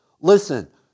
Listen